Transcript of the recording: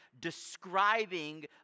describing